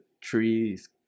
tree's